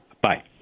Bye